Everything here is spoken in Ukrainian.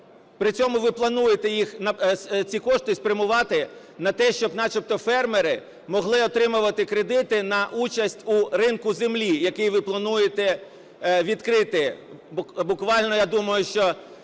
При цьому ви плануєте їх, ці кошти спрямувати на те, щоб начебто фермери могли отримувати кредити на участь у ринку землі, який ви плануєте відкрити буквально, я думаю, що